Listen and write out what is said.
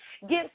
gifts